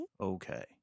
Okay